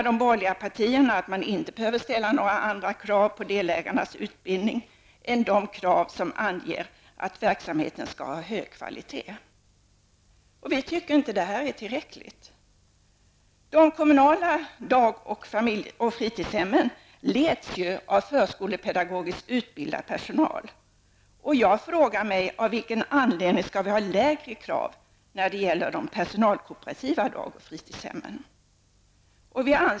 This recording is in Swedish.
De borgerliga partierna menar att man inte behöver ställa några andra krav på delägarnas utbildning än de som anger att verksamheten skall ha hög kvalitet. Vi tycker inte att det är tillräckligt. De kommunala dag och fritidshemmen leds av förskolepedagogiskt utbildad personal, och jag frågar mig av vilken anledning vi skall ställa lägre krav på de personalkooperativa dag och fritidshemmen.